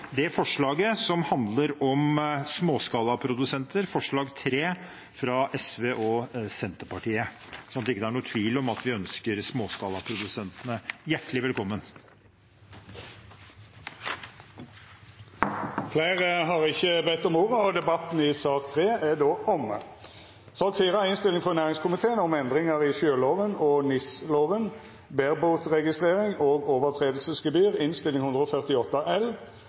det forslaget som handler om småskalaprodusenter, forslag nr. 3, fra SV og Senterpartiet, sånn at det ikke er noen tvil om at vi ønsker småskalaprodusentene hjertelig velkommen. Fleire har ikkje bedt om ordet til sak nr. 3. Ingen har bedt om ordet. Sak nr. 5 er utsett. Dermed er kartet for i dag ferdigdebattert. Stortinget tek no pause, og